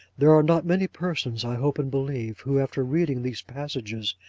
there are not many persons, i hope and believe, who, after reading these passages,